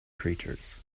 creatures